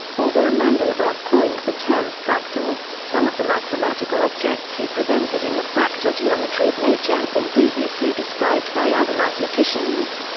although mandelbrot coined the term fractal, some of the mathematical objects he presented in the fractal geometry of nature had been previously described by other mathematicians.